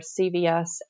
CVS